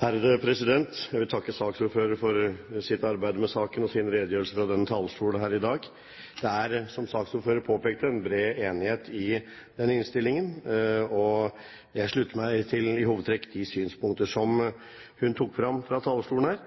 Jeg vil takke saksordføreren for arbeidet med saken og hennes redegjørelse fra denne talerstol her i dag. Det er, som saksordføreren påpekte, en bred enighet i denne innstillingen. Jeg slutter meg i hovedtrekk til de synspunkter som hun tok opp fra talerstolen.